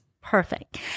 Perfect